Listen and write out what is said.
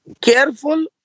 Careful